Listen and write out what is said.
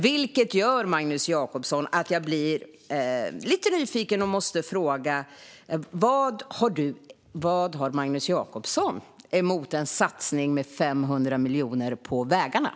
Det gör att jag blir lite nyfiken och måste fråga: Vad har Magnus Jacobsson emot en satsning på vägarna med 500 miljoner kronor?